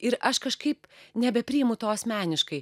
ir aš kažkaip nebepriimu to asmeniškai